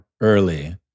early